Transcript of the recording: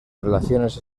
relaciones